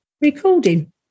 recording